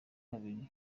kabiri